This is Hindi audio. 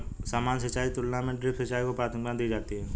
सामान्य सिंचाई की तुलना में ड्रिप सिंचाई को प्राथमिकता दी जाती है